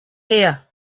here